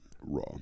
raw